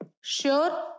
Sure